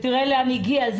ותראה לאן היא הגיעה.